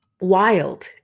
wild